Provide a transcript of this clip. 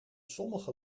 sommige